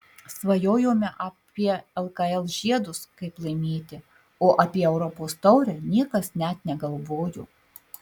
svajojome apie lkl žiedus kaip laimėti o apie europos taurę niekas net negalvojo